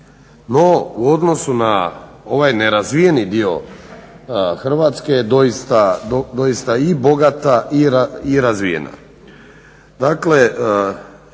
No, u odnosu na ovaj nerazvijeni dio Hrvatske je doista i bogata i razvijena.